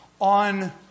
on